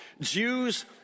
Jews